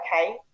okay